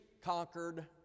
conquered